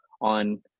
on